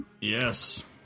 Yes